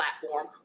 platform